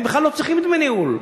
הם בכלל לא צריכים דמי ניהול.